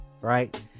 right